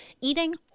eating